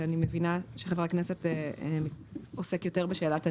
שאני מבינה שחבר הכנסת עוסק יותר בשאלת הניהול.